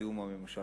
בתיאום עם הממשלה.